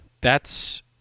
thats